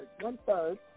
one-third